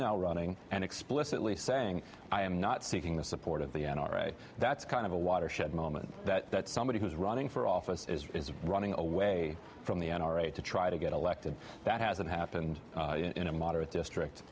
now running and explicitly saying i am not seeking the support of the n r a that's kind of a watershed moment that somebody who's running for office is running away from the n r a to try to get elected that hasn't happened in a moderate district